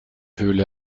höhle